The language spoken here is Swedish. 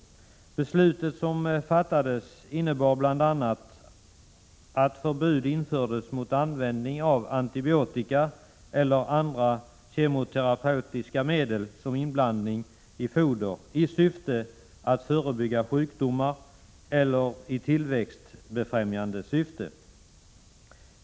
Det beslut som fattades innebar bl.a. att förbud infördes mot användning av antibiotika eller andra kemoterapeutiska medel som inblandning i foder i syfte att förebygga sjukdomar eller befrämja tillväxten.